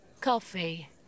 coffee